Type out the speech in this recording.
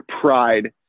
pride